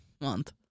month